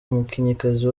umukinnyikazi